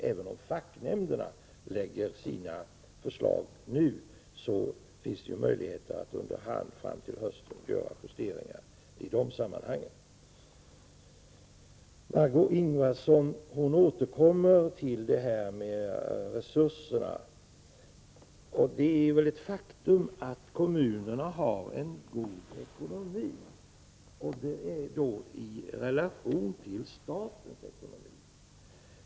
Även om facknämnderna lägger fram sina förslag nu finns det möjligheter att under hand fram till hösten göra justeringar i dessa sammanhang. Det är väl ett faktum att kommunerna har en god ekonomi i relation till statens ekonomi.